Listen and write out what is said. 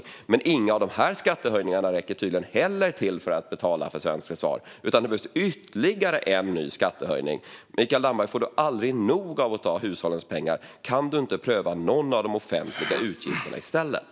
Men inte heller någon av de här skattehöjningarna räcker tydligen till för att betala för svenskt försvar, utan det behövs ytterligare en ny skattehöjning. Får du aldrig nog, Mikael Damberg, av att ta hushållens pengar? Kan du inte pröva någon av de offentliga utgifterna i stället?